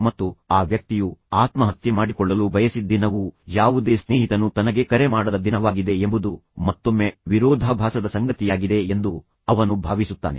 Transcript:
ಮತ್ತು ಆ ವ್ಯಕ್ತಿಯು ಆತ್ಮಹತ್ಯೆ ಮಾಡಿಕೊಳ್ಳಲು ಬಯಸಿದ ದಿನವು ಯಾವುದೇ ಸ್ನೇಹಿತನು ತನಗೆ ಕರೆ ಮಾಡದ ದಿನವಾಗಿದೆ ಎಂಬುದು ಮತ್ತೊಮ್ಮೆ ವಿರೋಧಾಭಾಸದ ಸಂಗತಿಯಾಗಿದೆ ಎಂದು ಅವನು ಭಾವಿಸುತ್ತಾನೆ